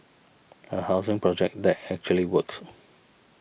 a housing project that actually works